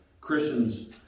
Christians